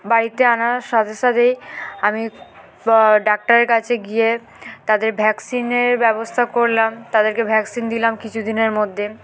বাড়িতে আনার সাথে সাথেই আমি ডাক্তারের কাছে গিয়ে তাদের ভ্যাকসিনের ব্যবস্থা করলাম তাদেরকে ভ্যাকসিন দিলাম কিছু দিনের মধ্যে